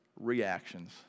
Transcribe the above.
reactions